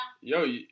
Yo